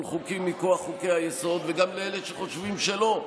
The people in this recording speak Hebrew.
חוקים מכוח חוקי-היסוד וגם לאלה שחושבים שלא.